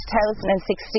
2016